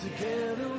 together